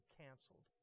canceled